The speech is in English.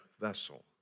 vessel